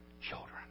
children